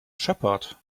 shepherd